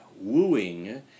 wooing